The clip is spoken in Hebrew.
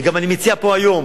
וגם אני מציע פה היום: